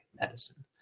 medicine